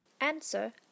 Answer